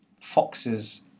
foxes